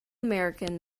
american